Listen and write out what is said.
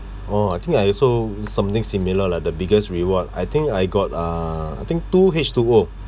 oh I think I also something similar lah the biggest reward I think I got uh I think two H two O